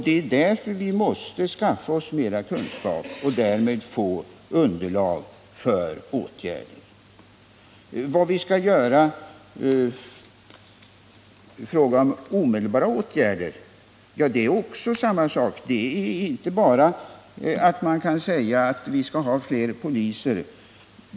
Det är därför vi måste skaffa oss mera kunskap och därmed få underlag för åtgärder. Vad vi skall göra när det gäller omedelbara åtgärder är också svårt att ange. Man kan inte bara säga att vi skall ha fler poliser.